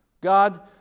God